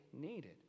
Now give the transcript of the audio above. needed